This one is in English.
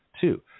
Two